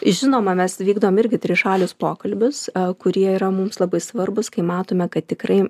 žinoma mes vykdom irgi trišalius pokalbius kurie yra mums labai svarbūs kai matome kad tikrai